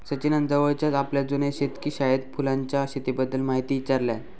सचिनान जवळच्याच आपल्या जुन्या शेतकी शाळेत फुलांच्या शेतीबद्दल म्हायती ईचारल्यान